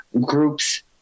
groups